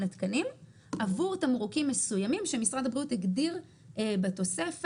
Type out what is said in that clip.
התקנים עבור תמרוקים מסוימים שמשרד הבריאות הגדיר בתוספת